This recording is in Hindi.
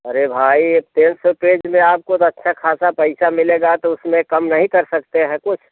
अरे भाई यह तीन सौ पेज में आपको तो अच्छा ख़ासा पैसा मिलेगा तो उसमें कम नहीं कर सकते हैं कुछ